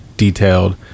detailed